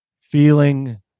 feeling